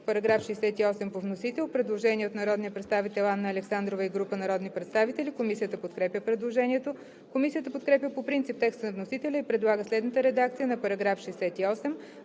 По § 68 по вносител има предложение от народния представител Анна Александрова и група народни представители. Комисията подкрепя предложението. Комисията подкрепя по принцип текста на вносителя и предлага следната редакция на § 68: „§ 68.